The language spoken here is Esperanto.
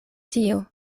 tio